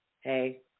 hey